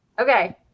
Okay